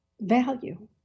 value